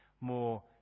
more